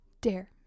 Dare